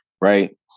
right